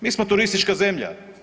Mi smo turistička zemlja.